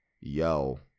Yo